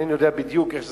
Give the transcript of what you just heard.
אינני יודע בדיוק איך זה,